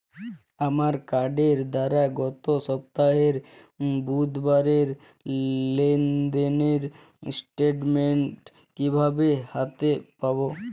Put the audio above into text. আমার কার্ডের দ্বারা গত সপ্তাহের বুধবারের লেনদেনের স্টেটমেন্ট কীভাবে হাতে পাব?